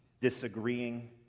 Disagreeing